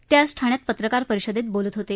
ते आज ठाण्यात पत्रकार परिषदेत बोलत होते